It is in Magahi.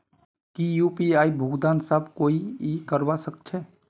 की यु.पी.आई भुगतान सब कोई ई करवा सकछै?